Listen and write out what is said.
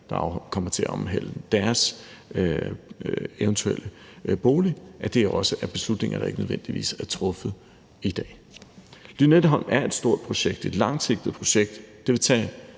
der kommer til at omhandle deres eventuelle bolig, ikke nødvendigvis er truffet i dag. Lynetteholm er et stort projekt, et langsigtet projekt,